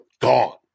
gone